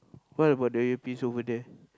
what about the earpiece over there